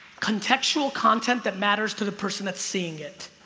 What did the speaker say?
contextual content that matters to the person that's seeing it